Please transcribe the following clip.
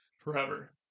forever